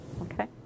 Okay